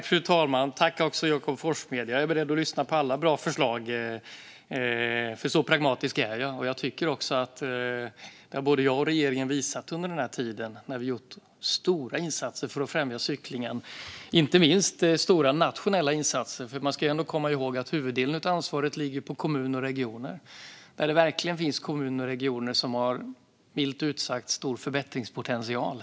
Fru talman! Tack, Jakob Forssmed! Jag är beredd att lyssna på alla bra förslag, för så pragmatisk är jag. Det tycker jag att både jag och regeringen har visat då vi har gjort stora insatser för att främja cyklingen, inte minst stora nationella insatser. Man ska ändå komma ihåg att huvuddelen av ansvaret ligger på kommuner och regioner. Där finns det verkligen kommuner och regioner som har, milt sagt, stor förbättringspotential.